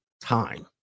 time